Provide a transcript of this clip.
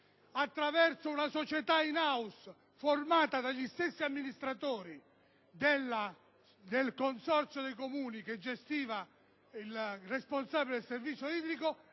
attraverso una società *in house* costituita dagli stessi amministratori del consorzio dei Comuni responsabile del servizio idrico,